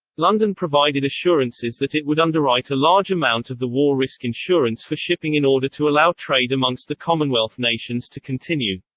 london provided assurances that it would underwrite a large amount of the war risk insurance for shipping in order to allow trade amongst the commonwealth nations to continue.